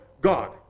God